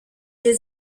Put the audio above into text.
les